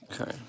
Okay